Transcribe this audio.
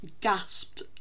gasped